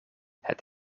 het